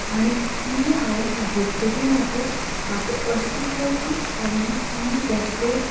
आनीक ती हांवें उगटगीर म्हाका म्हाका अशें दिसलें कि हांवें ही ब्रेसलेट